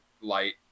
light